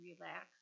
relax